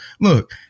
look